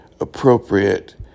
appropriate